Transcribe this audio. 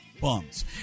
bums